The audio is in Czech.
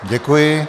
Děkuji.